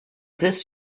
this